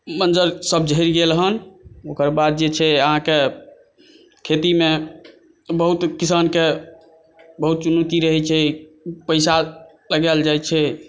मञ्जर सभ झड़ि गेल हन ओकर बाद जे छै अहाँकेँ खेतीमे बहुत किसानके बहुत चुनौती रहै छै पैसा लगायल जाइ छै